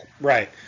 Right